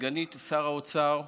סגנית שר האוצר,